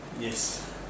yes